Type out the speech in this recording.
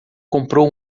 comprou